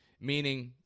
meaning